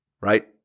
right